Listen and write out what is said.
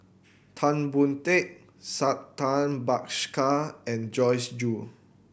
Tan Boon Teik Santha Bhaskar and Joyce Jue